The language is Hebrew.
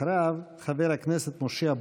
אחריו, חבר הכנסת משה אבוטבול.